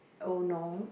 oh no